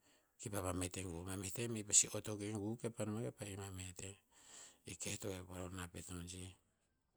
Kipa vamet e gu. Ma meh tem i pasi ot akuk e gu kepa no ma kepa imamet yiah. e keh to hek varona pet non sih.